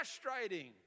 frustrating